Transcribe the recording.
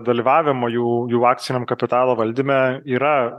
dalyvavimo jų jų akciniam kapitalo valdyme yra